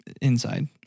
inside